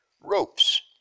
ropes